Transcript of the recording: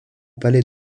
palais